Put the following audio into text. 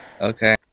Okay